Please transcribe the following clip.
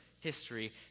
history